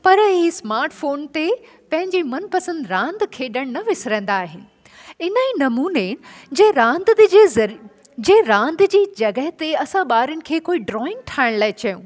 पर हीउ smart phone ते पंहिंजी मनपसंदि रांदि खेॾणु न विसरंदा आहिनि इन ई नमूने जे रांदि बि जीअं जर जे रांदि जी जॻह ते असां ॿारनि खे कोई ड्राइंग ठाहिण लाइ चऊं